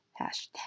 hashtag